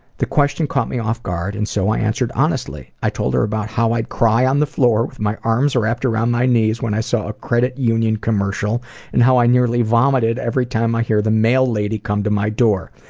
the question caught me off guard and so i answered honestly. i told her about how i'd cry on the floor with my arms wrapped around my knees when i saw a credit union commercial and how i nearly vomited every time i hear the mail lady come to my door.